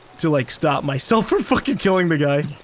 to like stop myself from fucking killing the guy.